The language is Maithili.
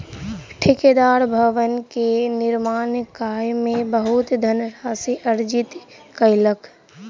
ठेकेदार भवन के निर्माण कय के बहुत धनराशि अर्जित कयलक